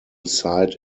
side